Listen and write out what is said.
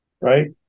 right